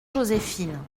joséphine